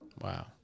Wow